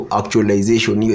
actualization